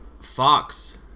Fox